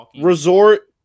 Resort